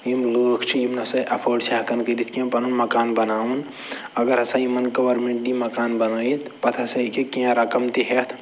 یِم لوٗکھ چھِ یِم نہ سہ اٮ۪فٲڈ چھِ ہٮ۪کان کٔرِتھ کیٚنہہ پَنُن مکان بناوُن اگر ہسا یِمَن گورمٮ۪نٛٹ دِیہِ مکان بنٲیِتھ پتہٕ ہسا ہٮ۪ککھ کیٚنہہ رَقَم تہِ ہٮ۪تھ